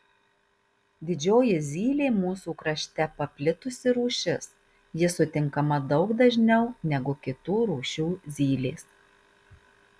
didžioji zylė mūsų krašte paplitusi rūšis ji sutinkama daug dažniau negu kitų rūšių zylės